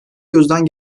gözden